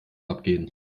abgehen